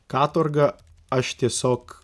katorgą aš tiesiog